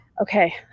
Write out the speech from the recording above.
okay